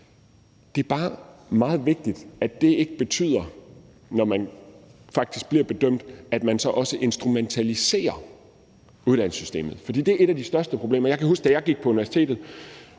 Det er bare meget vigtigt, når der faktisk sker en bedømmelse, at det ikke betyder, at man så også instrumentaliserer uddannelsessystemet, for det er et af de største problemer. Jeg kan huske, da jeg gik på universitetet